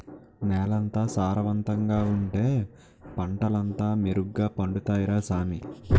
నేలెంత సారవంతంగా ఉంటే పంటలంతా మెరుగ్గ పండుతాయ్ రా సామీ